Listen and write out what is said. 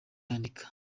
yandika